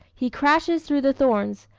he crashes through the thorns,